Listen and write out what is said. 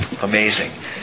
Amazing